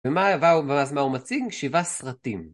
ואז מה הוא מציג? שבעה סרטים.